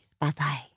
Bye-bye